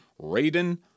Raiden